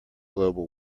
global